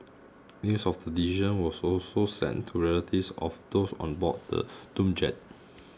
news of the decision was also sent to relatives of those on board the doomed jet